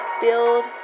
build